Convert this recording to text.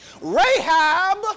Rahab